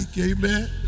amen